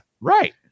Right